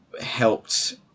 helped